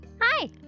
Hi